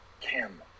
Kim